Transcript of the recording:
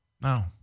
No